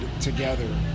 together